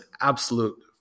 absolute